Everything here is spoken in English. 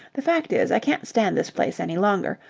the fact is, i can't stand this place any longer.